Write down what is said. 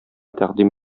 тәкъдим